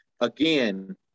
Again